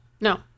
No